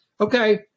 okay